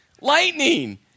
lightning